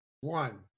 One